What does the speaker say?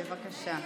בבקשה.